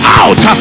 out